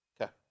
Okay